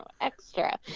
extra